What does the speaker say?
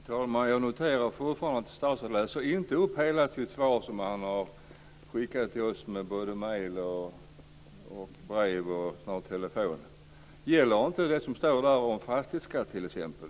Fru talman! Jag noterar att statsrådet inte läste upp hela sitt svar, som han har skickat till oss med både mejl och brev. Gäller inte det som står där om t.ex.